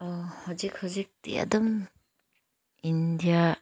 ꯍꯧꯖꯤꯛ ꯍꯧꯖꯤꯛꯇꯤ ꯑꯗꯨꯝ ꯏꯟꯗꯤꯌꯥ